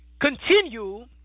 continue